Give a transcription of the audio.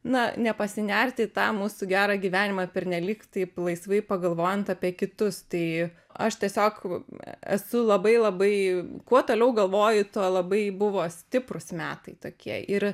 na nepasinerti į tą mūsų gerą gyvenimą pernelyg taip laisvai pagalvojant apie kitus tai aš tiesiog esu labai labai kuo toliau galvoju tuo labai buvo stiprūs metai tokie ir